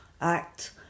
Act